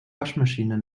waschmaschine